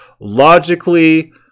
logically